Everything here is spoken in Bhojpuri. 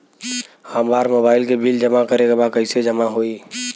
हमार मोबाइल के बिल जमा करे बा कैसे जमा होई?